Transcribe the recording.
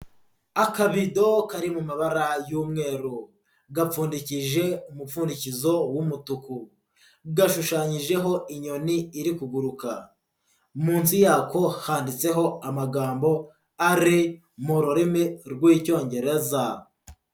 Akabido kari mu mabara y'umweru. Gapfundikije umupfundikizo w'umutuku. Gashushanyijeho inyoni iri kuguruka. Munsi yako, handitseho amagambo ari mu rurimi, rw'icyongereza.